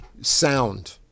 sound